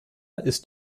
ist